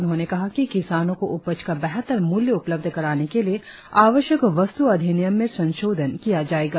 उन्होंने कहा कि किसानों को उपज का बेहतर मूल्य उपलब्ध कराने के लिए आवश्यक वस्त् अधिनियम में संशोधन किया जाएगा